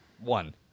One